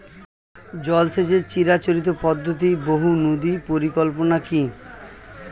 জল সেচের চিরাচরিত পদ্ধতি বহু নদী পরিকল্পনা কি?